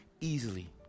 easily